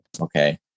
Okay